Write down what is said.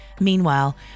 Meanwhile